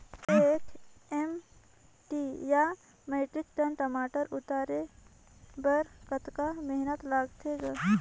एक एम.टी या metric tonne टमाटर उतारे बर कतका मेहनती लगथे ग?